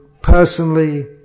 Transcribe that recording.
personally